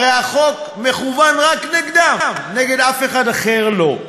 הרי החוק מכוון רק נגדן, נגד אף אחד אחר לא.